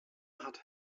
hat